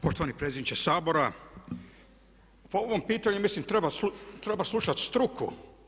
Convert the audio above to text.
Poštovani predsjedniče Sabora, pa o ovom pitanju ja mislim treba slušat struku.